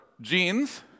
jeans